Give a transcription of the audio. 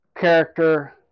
character